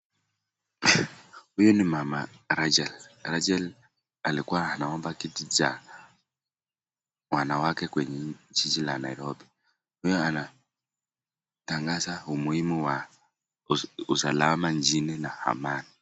Huyu ni mama Racheal. Racheal alikuwa anaomba kiti cha wanawake kwenye jiji la Nairobi. Huyu anatangaza umuhimu wa usalama nchini na amani.